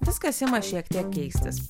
viskas ima šiek tiek keistis